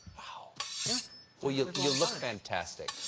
ah yeah well, you you look fantastic.